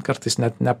kartais net ne